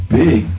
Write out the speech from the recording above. big